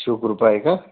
शिवकृपा आहे का